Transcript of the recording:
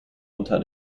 unter